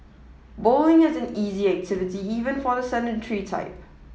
bowling is an easy activity even for the sedentary type